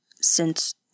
Since